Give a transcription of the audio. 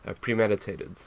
premeditated